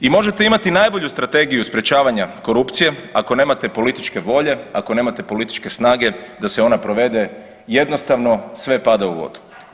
I možete imati najbolju Strategiju sprječavanja korupcije ako nemate političke volje, ako nemate političke snage da se ona provede, jednostavno sve pada u vodu.